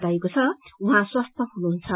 बताइएको छ उहाँ स्वस्थ हुनुहुन्छ